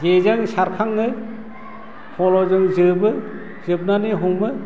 जेजों सारखाङो फल'जों जोबो जोबनानै हमो